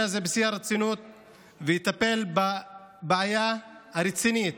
הזה בשיא הרצינות ויטפל בבעיה הרצינית.